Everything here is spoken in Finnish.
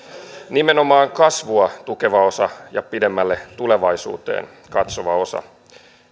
nimenomaan kasvua tukeva osa ja pidemmälle tulevaisuuteen katsova osa